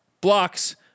blocks